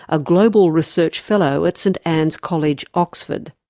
a global research fellow at st anne's college oxford.